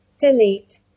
Delete